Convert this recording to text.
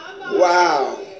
Wow